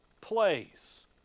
place